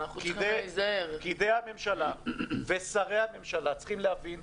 פקידי הממשלה ושרי הממשלה צריכים להבין,